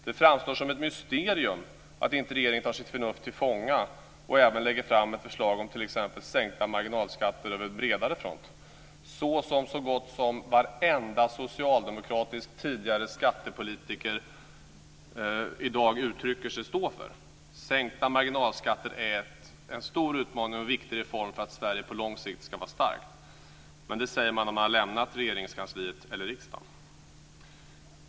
Det framstår som ett mysterium att regeringen inte tar sitt förnuft till fånga och även lägger fram ett förslag om t.ex. sänkta marginalskatter på bredare front, i likhet med det som så gott som varenda socialdemokratisk f.d. skattepolitiker i dag anger sig stå för. Sänkta marginalskatter är en stor utmaning och en viktig reform för att Sverige ska kunna stå starkt på lång sikt. Det brukar man säga sedan man har lämnat Regeringskansliet eller riksdagen.